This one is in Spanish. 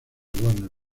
warner